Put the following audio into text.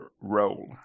role